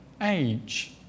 age